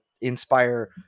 inspire